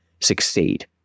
succeed